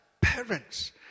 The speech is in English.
parents